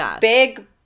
big